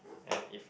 and if